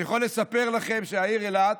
אני יכול לספר לכם שהעיר אילת,